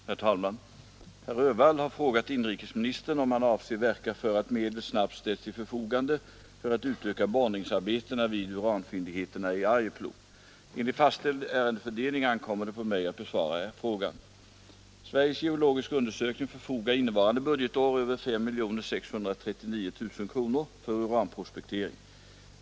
Herr talman! Herr Öhvall har frågat inrikesministern om han avser verka för att medel snabbt ställs till förfogande för att utöka borrningsarbetena vid uranfyndigheterna i Arjeplog. Enligt fastställd ärendefördelning ankommer det på mig att besvara frågan. Sveriges geologiska undersökning förfogar innevarande budgetår över 5 639 000 kronor för uranprospektering.